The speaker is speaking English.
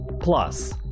Plus